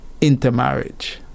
Intermarriage